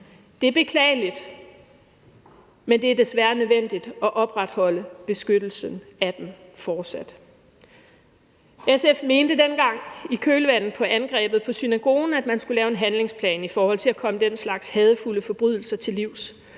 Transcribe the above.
Det er beklageligt, men det er desværre fortsat nødvendigt at opretholde beskyttelsen af dem. SF mente dengang, i kølvandet på angrebet på synagogen, at man skulle lave en handlingsplan i forhold til at komme den slags hadefulde forbrydelser til livs.